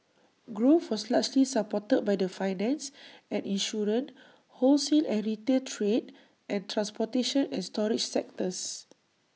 growth was largely supported by the finance and insurance wholesale and retail trade and transportation and storage sectors